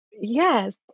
Yes